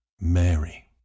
Mary